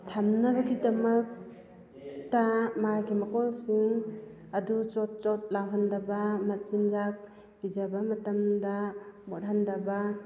ꯊꯝꯅꯅꯕꯒꯤꯗꯃꯛꯇ ꯃꯥꯒꯤ ꯃꯀꯣꯟꯁꯤꯡ ꯑꯗꯨ ꯆꯣꯠ ꯆꯣꯠ ꯂꯥꯎꯍꯟꯗꯕ ꯃꯆꯤꯟꯖꯥꯛ ꯄꯤꯖꯕ ꯃꯇꯝꯗ ꯃꯣꯠꯍꯟꯗꯕ